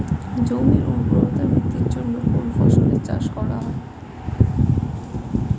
জমির উর্বরতা বৃদ্ধির জন্য কোন ফসলের চাষ করা হয়?